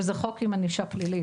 וזה חוק עם ענישה פלילית.